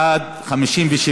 בעד 57,